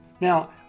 Now